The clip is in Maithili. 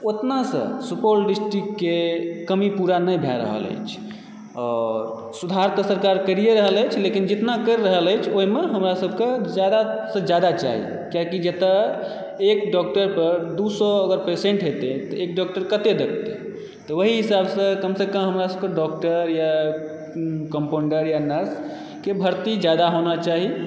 ओतनासँ सुपौल डिस्ट्रिक्टके कमी पूरा नहि भए रहल अछि आओर सुधार तऽ सरकार करिए रहल अछि लेकिन जितना करि रहल अछि ओहिमे हमरा सबकेँ जादासँ जादा चाही किआकि जतए एक डॉक्टर पर दू सए अगर पेसेन्ट हेतै तऽएक डॉक्टर कते देखतै तऽ ओहि हिसाबसँ कमसँ कम हमरा सबकेँ डॉक्टर या कम्पाउण्डर या नर्सके भर्ती जादा होना चाही